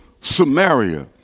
Samaria